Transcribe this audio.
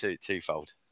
twofold